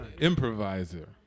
Improviser